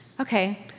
Okay